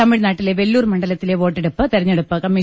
തമിഴ്നാട്ടിലെ വെല്ലൂർ മണ്ഡലത്തിലെ വോട്ടെടുപ്പ് തെരഞ്ഞെടുപ്പ് കമ്മീ